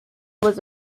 was